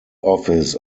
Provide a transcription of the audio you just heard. office